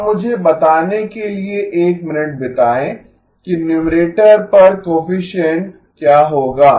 अब मुझे बताने के लिए एक मिनट बिताएं कि न्यूमरेटर पर कोएफिसिएन्ट क्या होगा